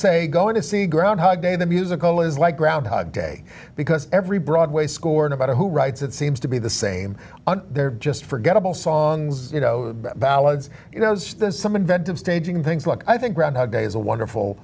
say going to see groundhog day the musical is like groundhog day because every broadway score and about who writes it seems to be the same and they're just forgettable songs you know ballads you know some inventive staging things like i think groundhog day is a wonderful